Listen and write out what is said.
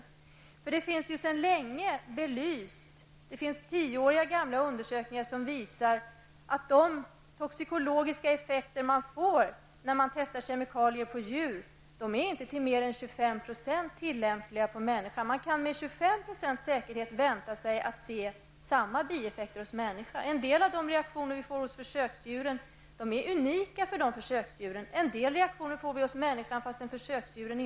Sedan lång till tillbaka är det belyst -- det finns nämligen tio år gamla undersökningar -- att de toxikologiska effekterna vid testning av kemikalier på djur bara till 25 % överensstämmer med vad som gäller för människan. Man kan alltså med 25 % säkerhet vänta sig samma bieffekter hos människan. En del av reaktionerna hos försöksdjuren är unika för dessa. Men ibland noteras reaktioner hos människan som inte har noterats vad gäller försöksdjuren.